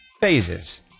phases